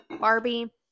Barbie